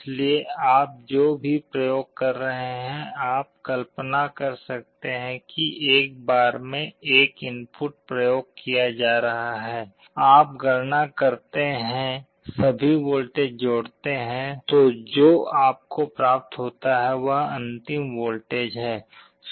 इसलिए आप जो भी प्रयोग कर रहे हैं आप कल्पना कर सकते हैं कि एक बार में एक इनपुट प्रयोग किया जा रहा है आप गणना करते हैं सभी वोल्टेज जोड़ते हैं तो जो आपको प्राप्त होता है वह अंतिम वोल्टेज है